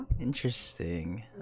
interesting